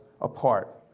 apart